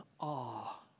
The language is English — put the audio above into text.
awe